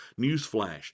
newsflash